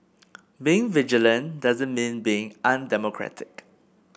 being vigilant doesn't mean being undemocratic